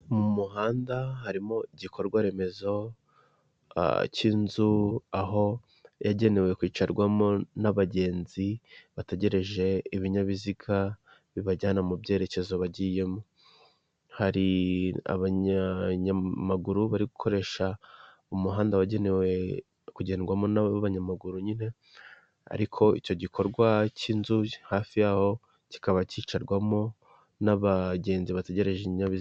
Mu muhanda harimo igikorwa remezo cy'inzu, aho yagenewe kwicarwamo n'abagenzi, bategereje ibinyabiziga bibajyana mu byerekezo bagiyemo, hari abanyamaguru bari gukoresha umuhanda wagenewe kugenewe kugendwamo nabanyamaguru nyine, ariko icyo gikorwa cy'inzu hafi yaho, kikaba cyicarwamo n'abagenzi bategereje ikinyabizi.